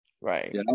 Right